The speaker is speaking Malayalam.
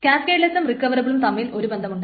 കാസ്കേഡ്ലെസ്സും റിക്കവബിളും തമ്മിലും ഒരു ബന്ധമുണ്ട്